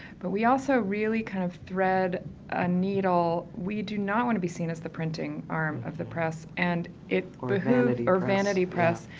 but we also really kind of thread a needle. we do not want to be seen as the printing arm of the press and it or vanity press. or vanity press.